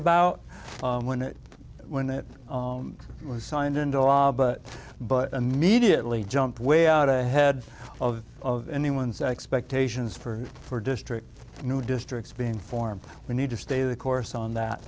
about when it when it was signed into law but but immediately jumped way out ahead of anyone's expectations for for district new districts being formed we need to stay the course on that